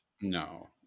No